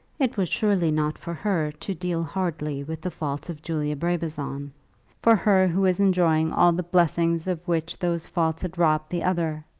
it was surely not for her to deal hardly with the faults of julia brabazon for her who was enjoying all the blessings of which those faults had robbed the other!